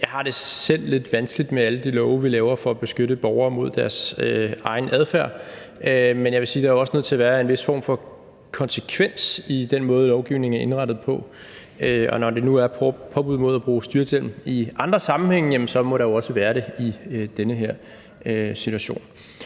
Jeg har det selv lidt vanskeligt med alle de love, vi laver for at beskytte borgerne imod deres egen adfærd. Men jeg vil sige, at der også er nødt til at være en vis form for konsekvens i den måde, lovgivningen er indrettet på, og når der nu er påbud om at bruge styrthjelme i andre sammenhænge, må der jo også være det i den her situation.